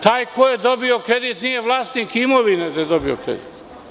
Taj ko je dobio kredit nije vlasnik imovine gde je dobio kredit.